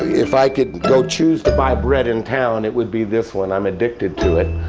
if i could go choose to buy bread in town, it would be this one, i'm addicted to it.